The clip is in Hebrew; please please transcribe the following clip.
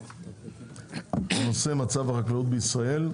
הנושא מצב החקלאות בישראל,